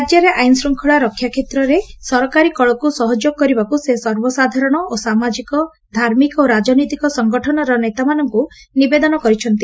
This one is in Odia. ରାଜ୍ୟରେ ଆଇନ୍ଶୃଙ୍ଖଳା ରକା କେତ୍ରରେ ସରକାରୀକଳକୁ ସହଯୋଗ କରିବାକୁ ସେ ସର୍ବସାଧାରଣ ଓ ସାମାଜିକ ଧାର୍ମିକ ଓ ରାଜନୈତିକ ସଂଗଠନର ନେତାମାନଙ୍କୁ ନିବେଦନ କରିଛନ୍ତି